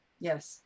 Yes